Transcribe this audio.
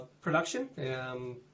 production